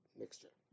mixture